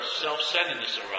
Self-centeredness